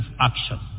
action